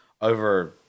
over